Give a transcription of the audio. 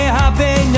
happy